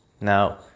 Now